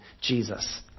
Jesus